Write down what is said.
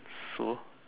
so